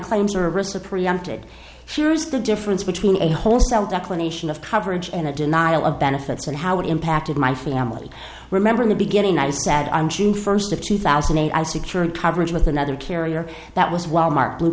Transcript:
claim service or preempted here is the difference between a wholesale declination of coverage and a denial of benefits and how it impacted my family remember in the beginning i said i'm june first of two thousand and eight i secured coverage with another carrier that was wal mart blue